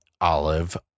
olive